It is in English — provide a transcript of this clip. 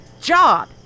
job